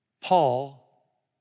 Paul